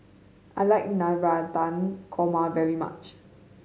I like Navratan Korma very much